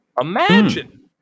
Imagine